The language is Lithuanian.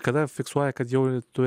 kada fiksuoja kad jau tu